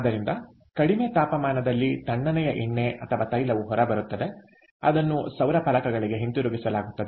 ಆದ್ದರಿಂದ ಕಡಿಮೆ ತಾಪಮಾನದಲ್ಲಿ ತಣ್ಣನೆಯ ಎಣ್ಣೆ ಅಥವಾ ತೈಲವು ಹೊರಬರುತ್ತದೆ ಅದನ್ನು ಸೌರ ಫಲಕಗಳಿಗೆ ಹಿಂತಿರುಗಿಸಲಾಗುತ್ತದೆ